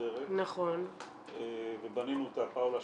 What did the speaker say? מסודרת ובנינו אותה פאולה,